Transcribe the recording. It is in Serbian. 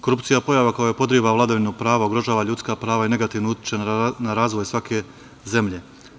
Korupcija je pojava koja podriva vladavinu prava, ugrožava ljudska prava i negativno utiče na razvoj svake zemlje.